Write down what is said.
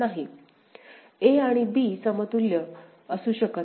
a आणि b समतुल्य असू शकत नाही